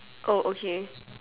oh okay